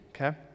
okay